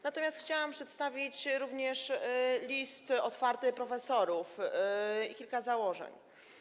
Natomiast chciałam przedstawić również list otwarty profesorów i kilka założeń.